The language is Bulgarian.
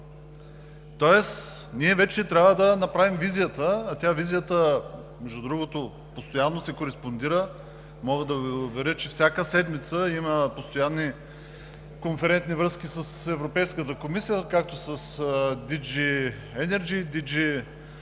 Тоест ние вече трябва да направим визията, а визията, между другото, постоянно си кореспондира, мога да Ви уверя, че всяка седмица има постоянни конферентни връзки с Европейската комисия – както с DG Energy, DG